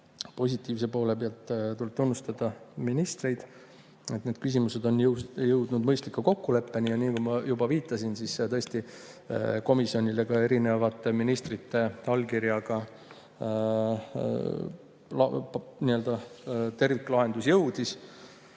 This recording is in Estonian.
Positiivse poole pealt tuleb tunnustada ministreid, et need küsimused on jõudnud mõistliku kokkuleppeni. Nagu ma juba viitasin, tõesti komisjonile ministrite allkirjadega terviklahendus jõudis.